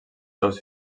seus